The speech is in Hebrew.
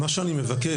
מה שאני מבקש,